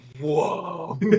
whoa